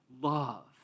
love